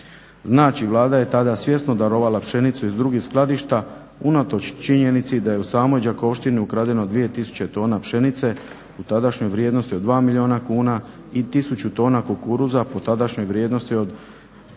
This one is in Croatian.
Znači, Vlada je tada svjesno darovala pšenicu iz drugih skladišta unatoč činjenici da je u samoj Đakovštini ukradeno 2 tisuće pšenice u tadašnjoj vrijednosti od 2 milijuna kuna i 1000 tona kukuruza po tadašnjoj vrijednosti od